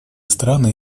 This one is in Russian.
страны